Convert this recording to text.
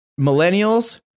Millennials